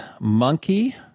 monkey